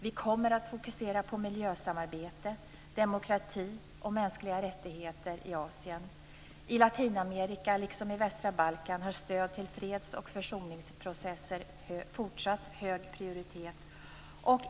Vi kommer att fokusera på miljösamarbete, demokrati och mänskliga rättigheter i Asien. I Latinamerika liksom i västra Balkan har stöd till freds och försoningsprocesser fortsatt hög prioritet.